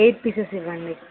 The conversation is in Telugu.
ఎయిట్ పీసెస్ ఇవ్వండి